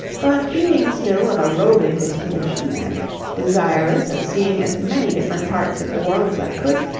but, being still of a roving disposition, and desirous of seeing as many different parts of the world as i could,